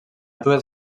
dues